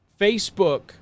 Facebook